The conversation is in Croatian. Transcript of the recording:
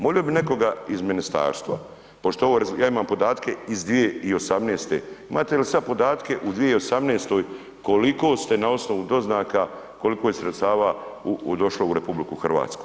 Molio bih nekoga iz ministarstva, ja imam podatke iz 2018. imate li sada podatke u 2018. koliko ste na osnovu doznaka koliko je sredstava došlo u RH?